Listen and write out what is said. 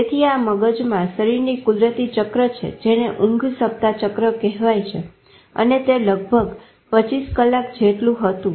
તેથી આ મગજમાં શરીરની કુદરતી ચક્ર છે જેને ઊંઘ સપ્તાહ ચક્ર કહેવાય છે અને તે લગભગ 25 કલાક જેટલું હતું